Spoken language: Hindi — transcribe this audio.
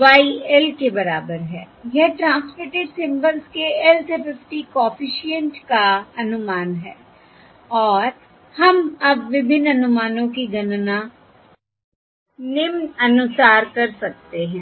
Y l के बराबर है यह ट्रांसमिटेड सिम्बल्स के lth FFT कॉफिशिएंट का अनुमान है और हम अब विभिन्न अनुमानों की गणना निम्नानुसार कर सकते हैं